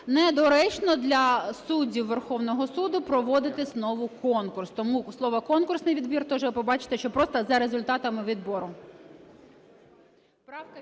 недоречно для суддів Верховного Суду проводити знову конкурс. Тому слово "конкурсний відбір", тож ви побачите, що за результатами відбору.